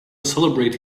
celebrate